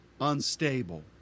unstable